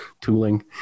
tooling